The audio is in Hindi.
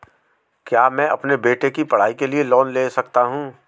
क्या मैं अपने बेटे की पढ़ाई के लिए लोंन ले सकता हूं?